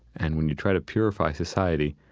and when you try to purify society,